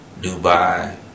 Dubai